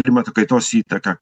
klimato kaitos įtaką